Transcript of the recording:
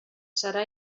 serà